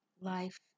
life